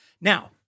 Now